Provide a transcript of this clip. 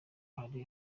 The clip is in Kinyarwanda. hari